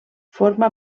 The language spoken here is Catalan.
forma